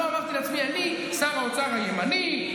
לא אמרתי לעצמי: אני שר האוצר הימני,